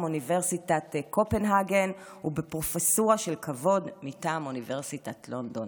אוניברסיטת קופנהגן ובפרופסורה של כבוד מטעם אוניברסיטת לונדון.